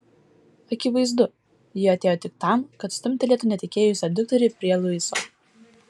akivaizdu ji atėjo tik tam kad stumtelėtų netekėjusią dukterį prie luiso